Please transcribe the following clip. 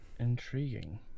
intriguing